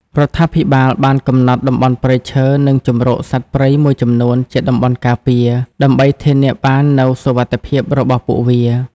រដ្ឋាភិបាលបានកំណត់តំបន់ព្រៃឈើ និងជម្រកសត្វព្រៃមួយចំនួនជាតំបន់ការពារ ដើម្បីធានាបាននូវសុវត្ថិភាពរបស់ពួកវា។